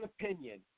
opinion